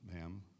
ma'am